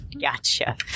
Gotcha